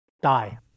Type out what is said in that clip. die